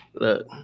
Look